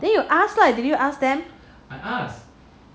then you ask did you ask them